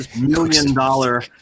million-dollar